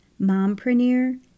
mompreneur